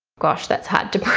gosh that's hard to break.